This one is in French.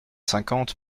cinquante